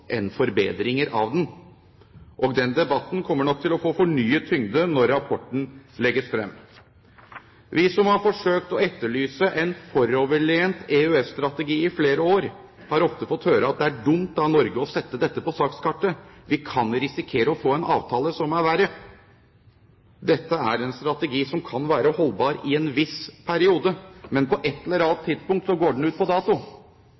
forbedringer av den. Den debatten kommer nok til å få fornyet tyngde når rapporten legges frem. Vi som har forsøkt å etterlyse en foroverlent EØS-strategi i flere år, har ofte fått høre at det er dumt av Norge å sette dette på sakskartet, vi kan risikere å få en avtale som er verre. Dette er en strategi som kan være holdbar i en viss periode, men på et eller annet tidspunkt går den ut på dato.